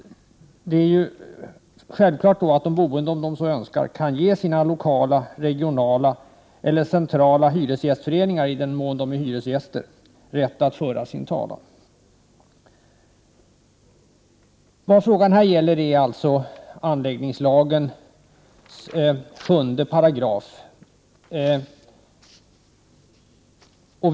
Det är ju självklart att de boende —-i den mån de är hyresgäster — om de så önskar kan ge sina lokala, regionala eller centrala hyresgästföreningar rätt att föra deras talan. Det som frågan nu gäller är anläggningslagens 7 §.